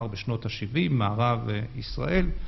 או בשנות ה-70 מערב ישראל.